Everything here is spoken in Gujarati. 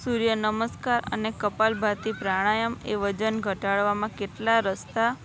સૂર્ય નમસ્કાર અને કપાલભાતિ પ્રાણાયામ એ વજન ઘટાડવામાં કેટલા રસ્તા છે